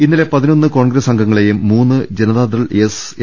ഇന്നലെ പതി നൊന്ന് കോൺഗ്രസ് അംഗങ്ങളെയും മൂന്ന് ജനതാദൾ എസ് എം